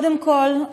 קודם כול,